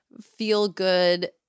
feel-good